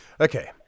Okay